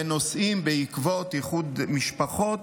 ובעקבות איחוד משפחות